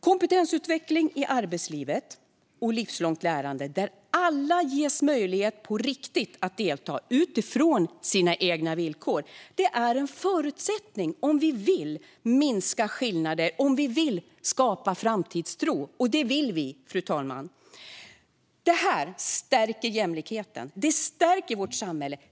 Kompetensutveckling i arbetslivet och livslångt lärande, där alla på riktigt ges möjligheter att delta utifrån sina egna villkor, är en förutsättning om vi vill minska skillnader och skapa framtidstro - och det vill vi, fru talman. Det här stärker jämlikheten. Det stärker vårt samhälle.